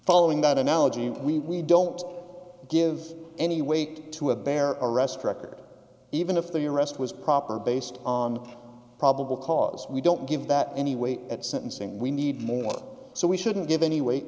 following that analogy we don't give any weight to a bare arrest record even if the arrest was proper based on probable cause we don't give that any weight at sentencing we need more so we shouldn't give any weight